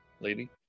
Lady